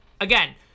again